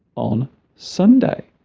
on sunday